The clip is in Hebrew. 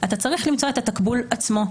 אתה צריך למצוא את התקבול עצמו,